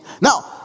Now